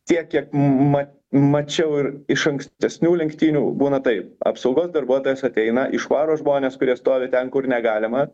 tiek kiek m ma mačiau ir iš ankstesnių lenktynių būna taip apsaugos darbuotojas ateina išvaro žmones kurie stovi ten kur negalima